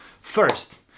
First